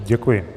Děkuji.